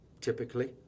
typically